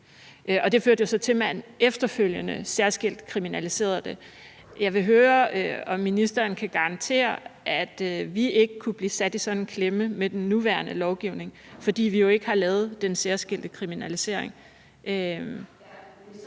Det førte så til, at man efterfølgende særskilt kriminaliserede det. Jeg vil høre, om ministeren kan garantere, at vi ikke kunne blive sat i sådan en klemme med den nuværende lovgivning, fordi vi jo ikke har lavet den særskilte kriminalisering.